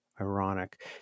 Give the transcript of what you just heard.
Ironic